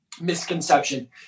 misconception